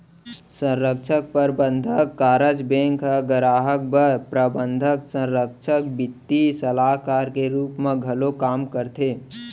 संरक्छक, परबंधक, कारज बेंक ह गराहक बर प्रबंधक, संरक्छक, बित्तीय सलाहकार के रूप म घलौ काम करथे